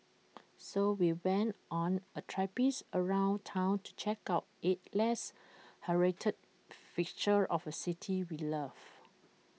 so we went on A traipse around Town to check out eight less heralded fixtures of A city we love